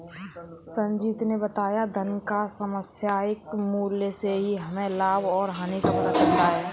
संजीत ने बताया धन का समसामयिक मूल्य से ही हमें लाभ और हानि का पता चलता है